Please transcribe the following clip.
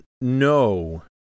no